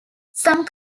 some